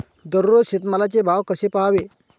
दररोज शेतमालाचे भाव कसे पहावे?